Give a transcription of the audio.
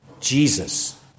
Jesus